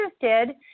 interested